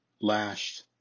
lashed